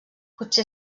potser